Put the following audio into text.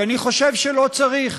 כי אני חושב שלא צריך.